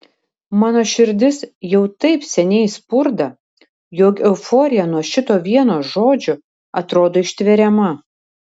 mano širdis jau taip seniai spurda jog euforija nuo šito vieno žodžio atrodo ištveriama